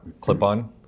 clip-on